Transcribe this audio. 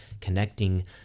connecting